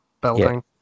building